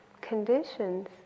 conditions